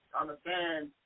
Understand